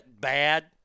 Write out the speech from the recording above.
bad